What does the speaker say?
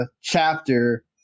chapter